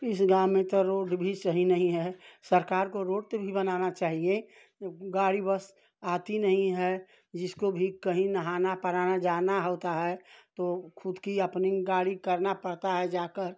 इस गाँव में तो रोड भी सही नहीं है सरकार को रोड तो भी बनाना चाहिए गाड़ी बस आती नहीं है जिसको भी कहीं नहाना पराना जाना होता है तो ख़ुद की अपनी गाड़ी करनी पड़ती है जाकर